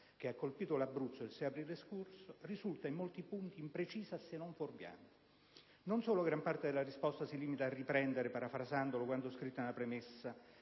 che ha colpito l'Abruzzo il 6 aprile scorso, risulta in molti punti imprecisa, se non fuorviante. Non solo gran parte della risposta si limita a riprendere, parafrasandolo, quanto scritto nella premessa